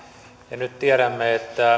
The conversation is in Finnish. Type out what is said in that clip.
ja nyt tiedämme että